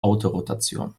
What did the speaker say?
autorotation